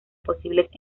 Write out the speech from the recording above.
posibles